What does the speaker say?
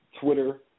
Twitter